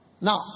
Now